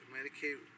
Medicate